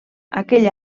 aquell